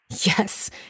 Yes